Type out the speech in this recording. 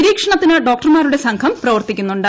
നിരീക്ഷണത്തിന് ഡോക്ക്ടർമാരുടെ സംഘം പ്രവർത്തിക്കുന്നുണ്ട്